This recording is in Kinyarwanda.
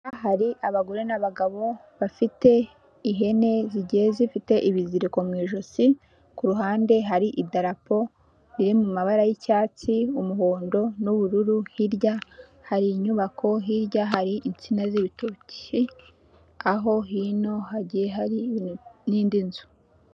Aha hari abagore, n'abagabo, bafite ihene zigiye zifite ibiziriko mu ijosi, ku ruhande hari idarapo, riri mu mabara y'icyatsi, umuhondo, n'ubururu, hirya hari inyubako, hirya hari insina z'ibitoki, aho hino hagiye hari n'indi nzu.